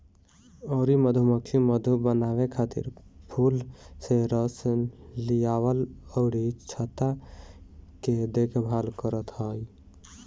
अउरी मधुमक्खी मधु बनावे खातिर फूल से रस लियावल अउरी छत्ता के देखभाल करत हई